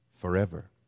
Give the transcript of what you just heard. forever